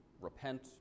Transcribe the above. repent